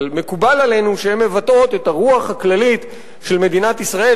אבל מקובל עלינו שהן מבטאות את הרוח הכללית של מדינת ישראל,